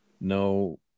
no